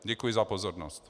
Děkuji za pozornost.